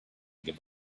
give